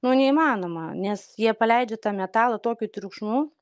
nu neįmanoma nes jie paleidžia tą metalą tokiu triukšmu